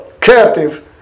captive